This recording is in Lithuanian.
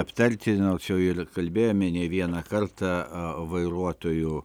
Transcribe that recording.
aptarti nors jau ir kalbėjome ne vieną kartą vairuotojų